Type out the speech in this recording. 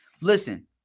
listen